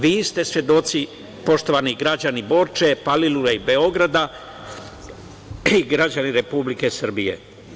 Vi ste svedoci, poštovani građani Borče, Palilule i Beograda i građani Republike Srbije.